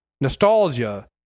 nostalgia